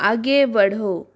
आगे बढ़ो